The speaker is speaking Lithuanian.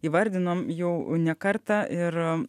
įvardinom jau ne kartą ir